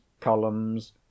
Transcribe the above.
columns